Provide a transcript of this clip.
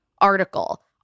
article